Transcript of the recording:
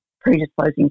predisposing